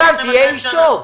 תהיה איש טוב.